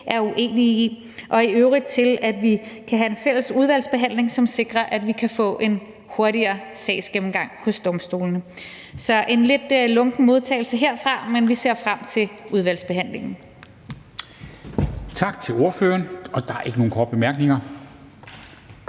er uenige i, og 3) at vi kan have en fælles udvalgsbehandling, som sikrer, at vi kan få en hurtigere sagsgennemgang hos domstolene. Så det er en lidt lunken modtagelse herfra, men vi ser frem til udvalgsbehandlingen. Kl. 16:28 Formanden (Henrik Dam Kristensen):